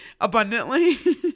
abundantly